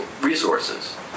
resources